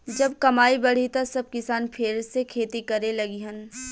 जब कमाई बढ़ी त सब किसान फेर से खेती करे लगिहन